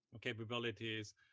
capabilities